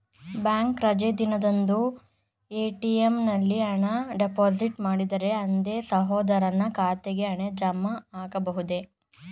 Bank ರಜೆ ದಿನದಂದು ATM ನಲ್ಲಿ ಹಣ ಡಿಪಾಸಿಟ್ ಮಾಡಿದರೆ ಅಂದೇ ಸಹೋದರನ ಖಾತೆಗೆ ಹಣ ಜಮಾ ಆಗಬಹುದೇ?